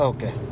Okay